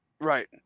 right